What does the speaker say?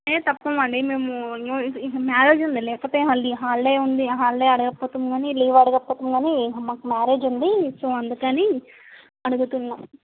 ఏ తప్పము అండి మేము మ్యారేజ్ ఉంది లేకపోతే హాలిడే ఉంది హాలిడే అడగకపోతము కాని లీవు ఆడగకపోతూము కాని మాకు మ్యారేజ్ ఉంది సో అందుకు అని అడుగుతున్నాము